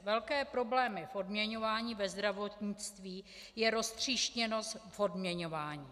Velké problémy v odměňování ve zdravotnictví, je roztříštěnost v odměňování.